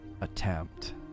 attempt